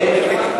כן.